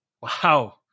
Wow